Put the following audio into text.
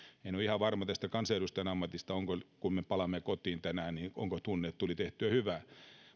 en ole ihan varma tästä kansanedustajan ammatista että kun me palaamme kotiin tänään niin onko tunne että tuli tehtyä hyvää